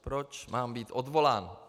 Proč mám být odvolán?